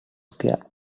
square